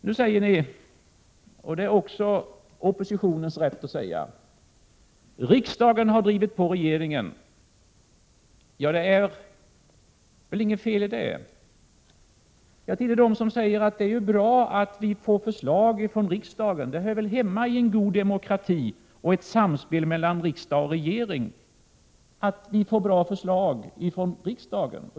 Nu säger ni — och det är också oppositionens rätt att säga så — att riksdagen har drivit på regeringen. Ja, det är väl inget feli det. Jag tillhör dem som säger att det är bra att vi får förslag från riksdagen. Det hör väl hemma i en god demokrati och i ett samspel mellan riksdag och regering att vi får bra förslag från riksdagen.